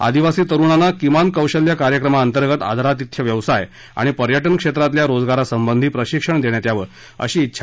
आदिवासी तरुणांना किमान कौशल्य कार्यक्रमा अंतर्गत आदरातिथ्य व्यवसाय आणि पर्यटन क्षेत्रातल्या रोजगारा संबंधी प्रशिक्षण देण्यात यावं अशी िि्छा